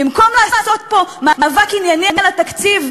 במקום לעשות פה מאבק ענייני על התקציב,